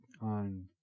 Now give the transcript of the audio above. on